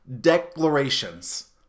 declarations